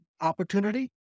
opportunity